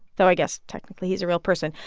though i guess technically, he's a real person.